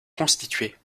constitués